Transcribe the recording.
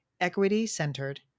Equity-Centered